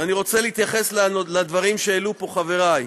ואני רוצה להתייחס לדברים שהעלו פה חברי.